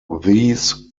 these